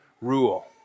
rule